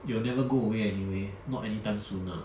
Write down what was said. it will never go away anyway not anytime soon lah